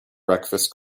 breakfast